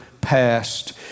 past